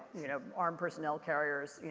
you know, armed personnel carriers, you